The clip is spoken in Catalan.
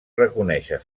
reconèixer